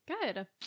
Good